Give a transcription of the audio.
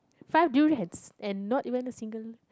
five durians and not even a single